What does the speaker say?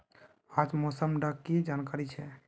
आज मौसम डा की जानकारी छै?